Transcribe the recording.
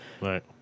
Right